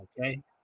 Okay